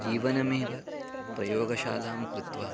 जीवनमेव प्रयोगशालां कृत्वा